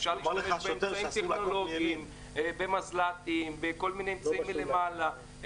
אפשר --- אמצעים טכנולוגיים ומזל"טים וכל מיני אמצעים מלמעלה,